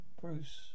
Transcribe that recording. Bruce